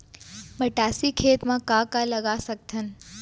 मटासी खेत म का का लगा सकथन?